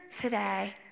today